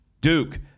Duke